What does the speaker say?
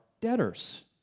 debtors